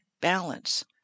balance